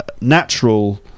natural